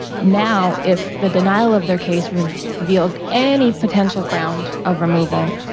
now if the denial of their case reveals any potential grounds of removal,